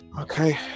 Okay